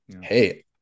hey